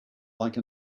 like